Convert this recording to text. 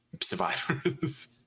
survivors